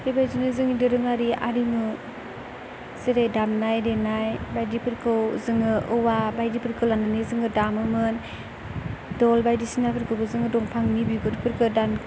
बेबायदिनो जोंनि दोरोङारि आरिमु जेरै दामनाय देनाय बायदिफोरखौ जोङो औवा बायदिफोरखौ लानानै जोङो दामोमोन धल बायदिसिनाफोरखौबो जोङो दंफांनि बिगुरफोरखौ दान